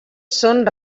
són